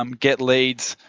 um get leads,